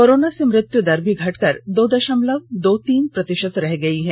corona से मृत्यु दर भी घटकर दो दशमलव दो तीन प्रतिशत रह गई है